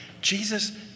Jesus